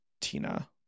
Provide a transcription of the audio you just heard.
Tina